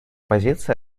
позиция